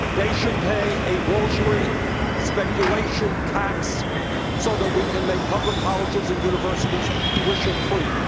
they should pay a wall street speculation tax so that we can make public colleges and universities tuition-free.